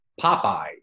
Popeye